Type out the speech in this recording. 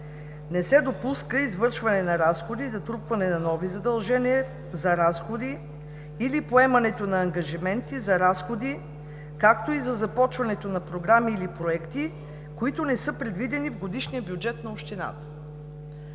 „Не се допуска извършване на разходи, натрупване на нови задължения за разходи или поемането на ангажименти за разходи, както и за започването на програми или проекти, които не са предвидени в годишния бюджет на общината.“